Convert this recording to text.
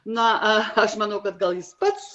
na aš manau kad gal jis pats